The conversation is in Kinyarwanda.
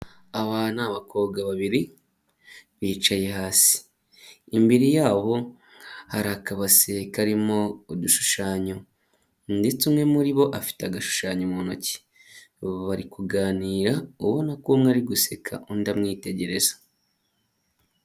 Aba ni abakobwa babiri bicaye hasi, imbere yabo hari akabase karimo udushushanyo ndetse umwe muri bo afite agashushanyo mu ntoki, bari kuganira ubona ko umwe ari guseka undi amwitegereza.